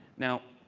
now,